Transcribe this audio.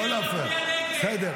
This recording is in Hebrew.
לא להפריע.